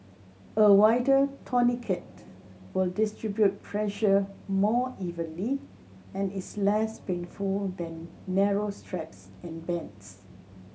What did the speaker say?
a wider tourniquet will distribute pressure more evenly and is less painful than narrow straps and bands